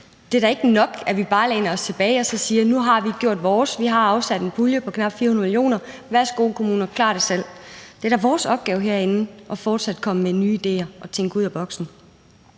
Det er da ikke nok, at vi bare læner os tilbage og siger, at nu har vi gjort vores; vi har afsat en pulje på knap 400 mio. kr., værsgo, kommuner, klar det selv. Det er da vores opgave herinde fortsat at komme med nye idéer og tænke ud af boksen.